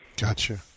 Gotcha